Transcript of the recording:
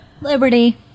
Liberty